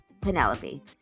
Penelope